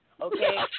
okay